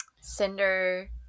Cinder